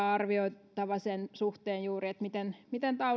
arvioitava sen suhteen juuri miten miten